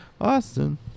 Austin